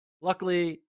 luckily